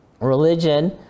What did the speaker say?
religion